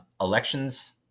elections